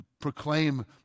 proclaim